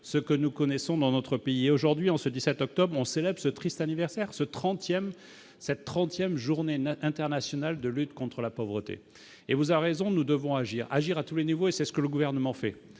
ce que nous connaissons dans notre pays aujourd'hui en ce 17 octobre Mgr ce triste anniversaire, ce 30ème cette 30ème journée internationale de lutte contre la pauvreté et vous a raison : nous devons agir, agir à tous les niveaux, et c'est ce que le gouvernement fait